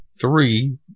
three